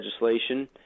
legislation